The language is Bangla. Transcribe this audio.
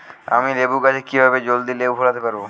আমি লেবু গাছে কিভাবে জলদি লেবু ফলাতে পরাবো?